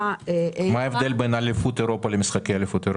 מה ההבדל בין אליפות אירופה למשחקי אליפות אירופה?